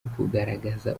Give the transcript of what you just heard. ukugaragaza